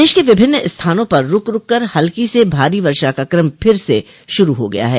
प्रदेश के विभिन्न स्थानों पर रूक रूक कर हल्की से भारी वर्षा का क्रम फिर से शुरू हो गया है